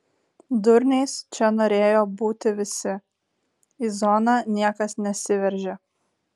durniais čia norėjo būti visi į zoną niekas nesiveržė